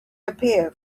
appear